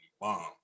bomb